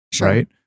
Right